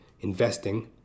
investing